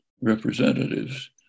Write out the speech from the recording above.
representatives